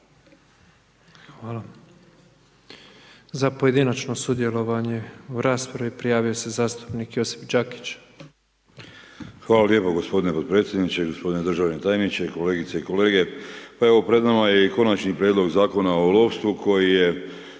Za pojedinačno sudjelovanje u raspravi, prijavio se zastupnik Josip Đakić.